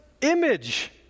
image